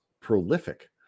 prolific